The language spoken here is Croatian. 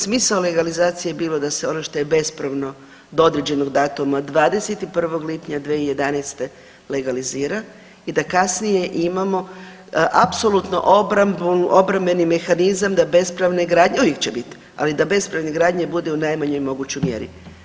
Smisao legalizacije je bilo da se ono što je bespravno do određenog datuma 21. lipnja 2011. legalizira i da kasnije imamo apsolutno obrambeni mehanizam da bespravne gradnje uvijek će biti, ali da bespravne gradnje bude u najmanjoj mogućoj mjeri.